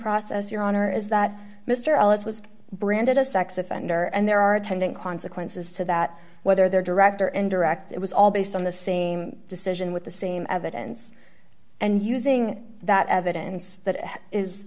process your honor is that mr ellis was branded a sex offender and there are attendant consequences to that whether they're direct or indirect it was all based on the same decision with the same evidence and using that evidence that is